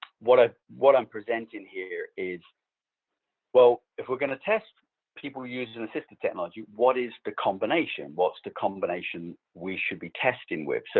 what ah what i'm presenting here is well, if we're going to test people using assistive technology, what is the combination? what's the combination we should be testing with? so